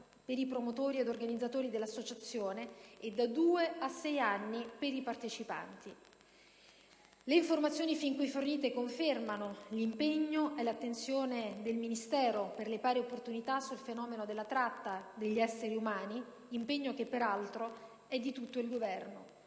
per i promotori e gli organizzatori dell'associazione, e da due a sei anni per i partecipanti. Le informazioni fin qui fornite confermano l'impegno e l'attenzione del Ministero per le pari opportunità sul fenomeno della tratta degli esseri umani, impegno che peraltro è di tutto il Governo.